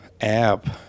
app